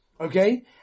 okay